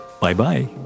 Bye-bye